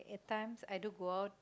times I do go out